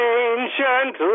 ancient